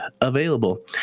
available